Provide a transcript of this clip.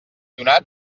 donat